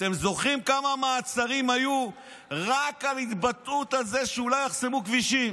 אתם זוכרים כמה מעצרים היו רק על ההתבטאות הזו שאולי יחסמו כבישים.